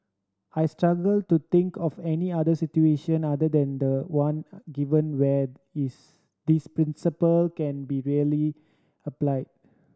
I struggle to think of any other situation other than the one given where is this principle can be really applied